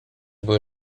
były